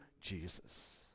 Jesus